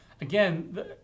again